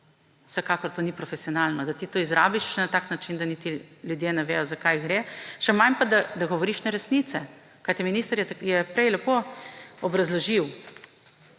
Vsekakor to ni profesionalno, da ti to izrabiš še na tak način, da niti ljudje ne vedo, za kaj gre; še manj pa, da govoriš neresnice, kajti minister je prej lepo obrazložil